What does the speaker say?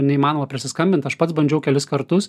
neįmanoma prisiskambint aš pats bandžiau kelis kartus